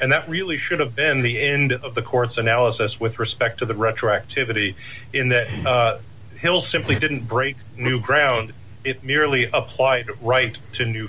and that really should have been the end of the court's analysis with respect to the retroactivity in that hill simply didn't break new ground it merely applied right to new